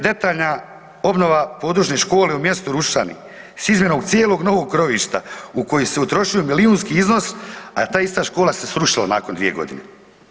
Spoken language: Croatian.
Detaljna obnova područne škole u mjestu Rušani s izmjenom cijelog novog krovišta u koji se utrošio milijunski iznos a ta ista škola se srušila nakon 2 godine.